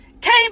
Came